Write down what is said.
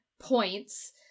points